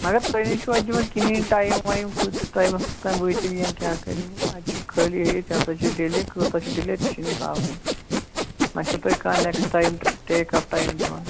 مگر تُہۍ نَے چھِو اَتہِ دِوان کِہیٖنٛۍ ٹایِم وَیِم کۭتِس ٹایِمَس تام وٲتِو یا کیٛاہ کٔرِو اتہِ چھُ خٲلی یی ژےٚ ہسا چھُ ڈِلیے کۭژاہ چھِ ڈِلیے تہِ چھُنہٕ یہِ ہاونٕے نہَ چھُو تۅہہِ کانٛہہ نیٚکٕس ٹایِم ٹیک آف ٹایِم دِوان